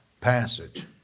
passage